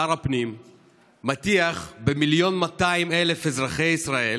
שר הפנים מטיח ב-1.2 מיליון מאזרחי ישראל